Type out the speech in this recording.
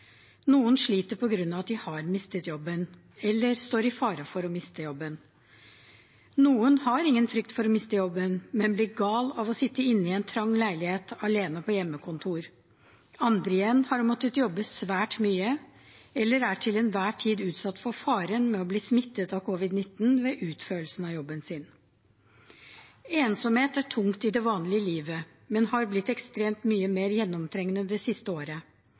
Noen sliter på grunn av at de har mistet jobben, eller står i fare for å miste jobben. Noen har ingen frykt for å miste jobben, men blir gal av å sitte inne i en trang leilighet alene på hjemmekontor. Andre igjen har måttet jobbe svært mye, eller er til enhver tid utsatt for fare for å bli smittet av covid-19 ved utførelsen av jobben sin. Ensomhet er tungt i det vanlige livet, men har blitt ekstremt mye mer gjennomtrengende det siste året.